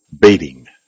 Baiting